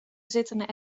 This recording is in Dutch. zitten